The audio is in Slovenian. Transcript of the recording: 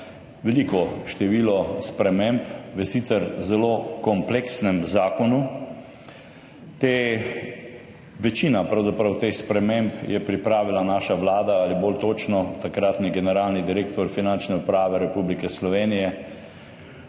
veliko število sprememb v sicer zelo kompleksnem zakonu. Pravzaprav je večino teh sprememb pripravila naša vlada ali bolj točno takratni generalni direktor Finančne uprave Republike Slovenije,